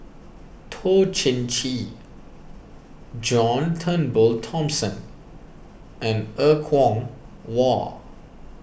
Toh Chin Chye John Turnbull Thomson and Er Kwong Wah